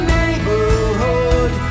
neighborhood